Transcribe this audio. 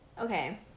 Okay